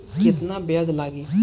केतना ब्याज लागी?